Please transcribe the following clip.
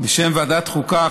בשם ועדת החוקה,